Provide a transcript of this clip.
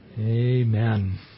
Amen